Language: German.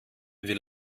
wie